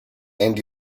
and